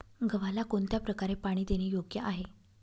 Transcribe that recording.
गव्हाला कोणत्या प्रकारे पाणी देणे योग्य आहे?